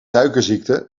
suikerziekte